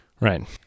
Right